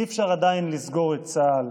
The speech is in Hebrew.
אי-אפשר עדיין לסגור את צה"ל,